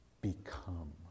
become